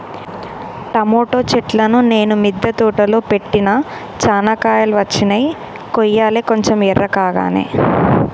tomato చెట్లును నేను మిద్ద తోటలో పెట్టిన చానా కాయలు వచ్చినై కొయ్యలే కొంచెం ఎర్రకాగానే